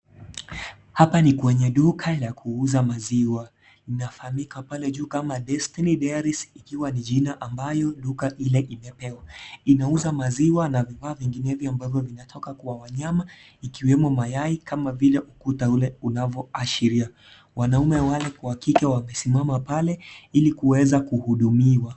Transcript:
Hapa ni kwenye duka la kuuza maziwa linafahamika pale juu kama Destiny Dairies ikiwa ni jina ambayo duka ile imepewa, inauza maziwa na vifaa vinginevyo ambavyo vinatoka kwa wanyama ikiwemo mayayai kama vile ukuta ule unavyoashiria wanaume wale wa kike wamesimama pale kuweza kuhudumiwa.